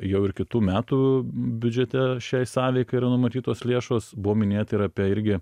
jau ir kitų metų biudžete šiai sąveikai yra numatytos lėšos buvo minėta ir apie irgi